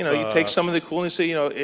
you know, you take some of the coolness you know,